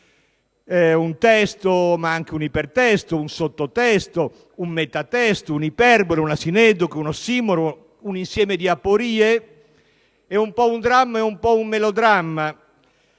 un testo, ma anche un ipertesto, un sottotesto, con metatesto, un'iperbole, una sineddoche, un ossimoro, un insieme di aporie; è un po' un dramma e un po' un melodramma.